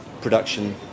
production